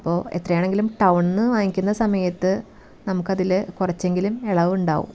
അപ്പോൾ എത്രയാണെങ്കിലും ടൗണ്ന്ന് വാങ്ങിക്കുന്ന സമയത്ത് നമുക്കതിൽ കുറച്ചെങ്കിലും ഇളവുണ്ടാവും